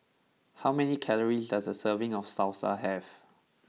how many calories does a serving of Salsa have